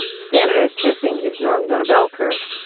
standardized testing is normed on a bell curve.